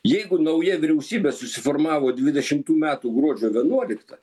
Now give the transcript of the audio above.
jeigu nauja vyriausybė susiformavo dvidešimtų metų gruodžio vienuoliktą